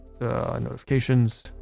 notifications